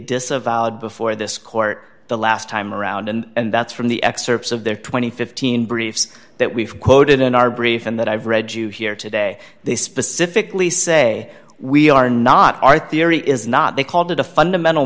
disavowed before this court the last time around and that's from the excerpts of their two thousand and fifteen briefs that we've quoted in our brief and that i've read you here today they specifically say we are not our theory is not they called it a fundamental